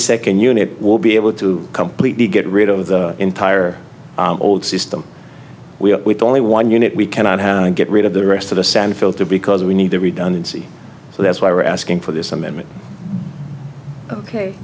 second unit will be able to completely get rid of the entire old system we have with only one unit we cannot get rid of the rest of the sand filter because we need the redundancy so that's why we're asking for this amendment ok